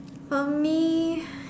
for me